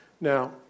Now